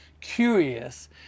curious